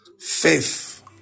Faith